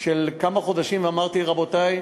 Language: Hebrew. לכמה חודשים ואמרתי: רבותי,